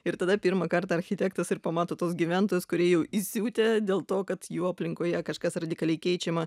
ir tada pirmą kartą architektas ir pamato tuos gyventojus kurie jau įsiutę dėl to kad jų aplinkoje kažkas radikaliai keičiama